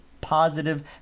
positive